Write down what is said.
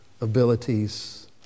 abilities